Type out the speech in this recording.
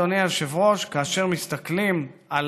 אדוני היושב-ראש: כאשר מסתכלים על